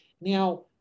Now